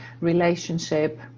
relationship